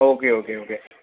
okay okay okay